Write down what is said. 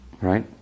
Right